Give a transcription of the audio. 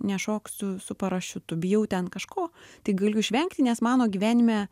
nešoksiu su parašiutu bijau ten kažko tai galiu išvengti nes mano gyvenime